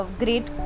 great